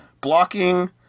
blocking